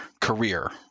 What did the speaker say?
career